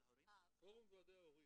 פורום ועדי ההורים.